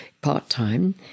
part-time